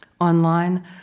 Online